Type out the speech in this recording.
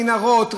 מנהרות,